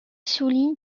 souligne